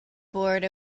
board